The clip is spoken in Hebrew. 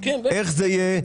איך זה יהיה,